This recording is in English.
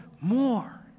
more